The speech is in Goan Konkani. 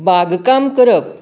बागकाम करप